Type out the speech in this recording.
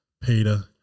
Peter